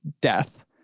death